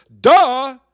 Duh